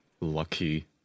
Lucky